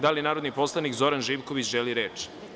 Da li narodni poslanik Zoran Živković želi reč?